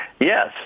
Yes